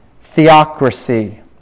theocracy